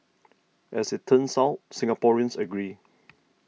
as it turns out Singaporeans agree